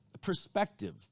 perspective